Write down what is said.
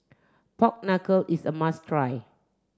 Pork Knuckle is a must try